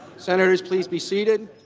senators please be seated.